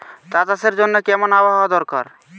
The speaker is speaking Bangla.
চা চাষের জন্য কেমন আবহাওয়া দরকার?